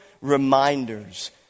reminders